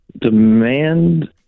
Demand